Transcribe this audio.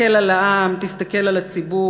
תסתכל על העם, תסתכל על הציבור,